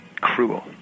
cruel